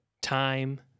time